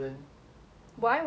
no no no your husband